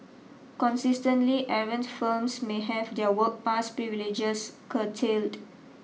consistently errant firms may have their work pass privileges curtailed